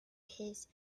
his